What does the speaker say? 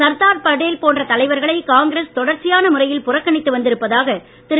சர்தார் படேல் போன்ற தலைவர்களை காங்கிரஸ் தொடர்ச்சியான முறையில் புறக்கணித்து வந்திருப்பதாக திரு